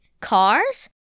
cars